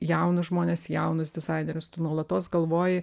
jaunus žmones jaunus dizainerius tu nuolatos galvoji